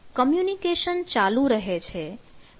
communication ચાલુ રહે છે પણ કોઈ પ્રગતિ થતી નથી